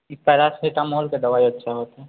ई paracetamol के दवाइ अच्छा होतै